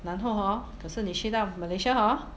然后 hor 可是你去到 malaysia hor